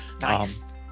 Nice